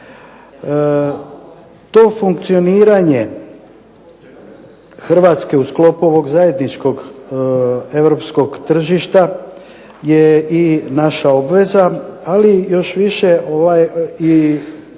To funkcioniranje Hrvatske u sklopu ovog zajedničkog europskog tržišta je i naša obveza, ali još više i